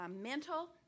mental